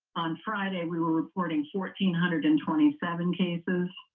on friday we were reporting fourteen hundred and twenty seven cases,